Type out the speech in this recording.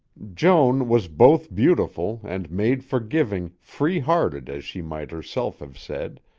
joan was both beautiful and made for giving, free-hearted as she might herself have said,